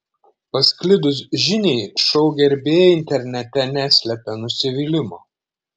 pasklidus žiniai šou gerbėjai internete neslepia nusivylimo